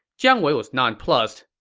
jiang wei was nonplused.